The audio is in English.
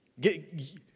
get